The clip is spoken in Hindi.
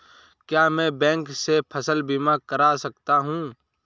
क्या मैं बैंक से फसल बीमा करा सकता हूँ?